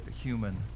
human